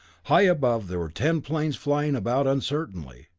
high above there were ten planes flying about uncertainly.